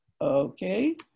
Okay